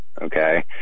Okay